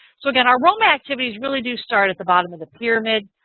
so again our roma activities really do start at the bottom of the pyramid.